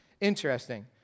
Interesting